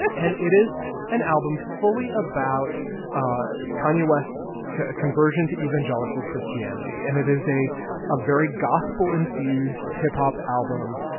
and it is an album fully about kanye west's conversion to evangelical christianity, and it is a ah very gospel-infused hip-hop album.